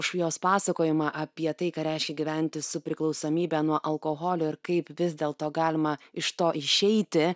už jos pasakojimą apie tai ką reiškia gyventi su priklausomybe nuo alkoholio ir kaip vis dėlto galima iš to išeiti